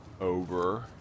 over